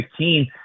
2015